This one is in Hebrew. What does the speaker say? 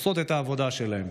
עושות את העבודה שלהן,